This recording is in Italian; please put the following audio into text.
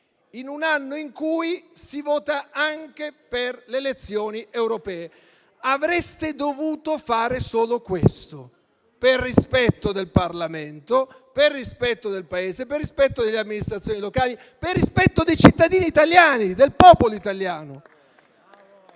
in un anno in cui si vota anche per le elezioni europee. Avreste dovuto fare solo questo per rispetto del Parlamento, per rispetto del Paese, per rispetto delle amministrazioni locali, per rispetto dei cittadini italiani, del popolo italiano.